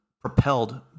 propelled